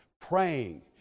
praying